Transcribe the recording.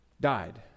died